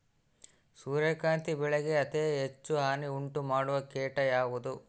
ಸೂರ್ಯಕಾಂತಿ ಬೆಳೆಗೆ ಅತೇ ಹೆಚ್ಚು ಹಾನಿ ಉಂಟು ಮಾಡುವ ಕೇಟ ಯಾವುದು?